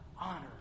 Honor